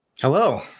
Hello